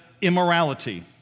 immorality